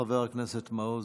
חבר הכנסת מעוז.